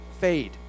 fade